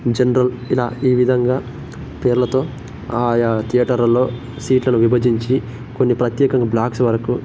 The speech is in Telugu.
జనరల్ ఇలా ఈ విధంగా పేర్లతో ఆయా థియేటర్లో సీట్లను విభజించి కొన్ని ప్రత్యేక బ్లాక్స్ వరకు